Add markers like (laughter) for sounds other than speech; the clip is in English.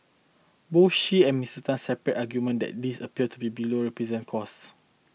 both she and Mister Tan separate arguement that this appear to be below (unintelligible) cost